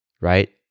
right